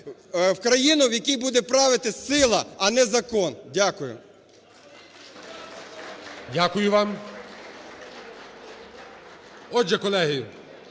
в країну, в якій буде правити сила, а не закон. Дякую. ГОЛОВУЮЧИЙ. Дякую вам. Отже, колеги,